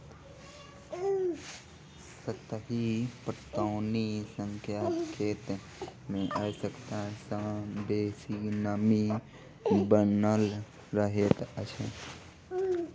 सतही पटौनी सॅ खेत मे आवश्यकता सॅ बेसी नमी बनल रहैत अछि